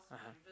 (uh huh)